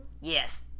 yes